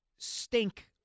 stink